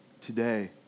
today